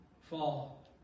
Fall